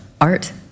Art